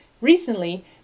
Recently